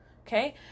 okay